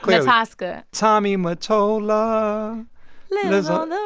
nataska tommy mottola lives on.